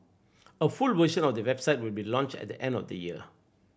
a full version of the website will be launched at the end of the year